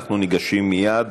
אנחנו ניגשים מייד